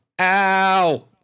Ow